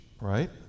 right